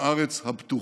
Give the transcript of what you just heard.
הארץ הבטוחה.